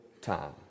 time